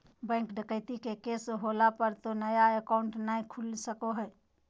bank डकैती के case होला पर तो नया अकाउंट नय खुला सको हइ